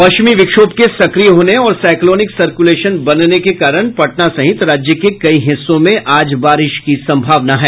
पश्चिमी विक्षोभ के सक्रिय होने और साइक्लोनिक सर्कुलेशन बनने के कारण पटना सहित राज्य के कई हिस्सों में आज बारिश की संभावना है